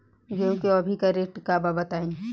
गेहूं के अभी का रेट बा बताई?